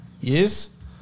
Yes